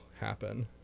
happen